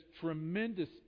tremendous